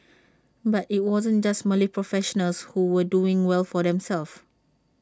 but IT wasn't just Malay professionals who were doing well for themselves